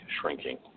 shrinking